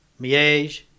Miege